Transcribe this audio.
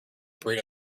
bring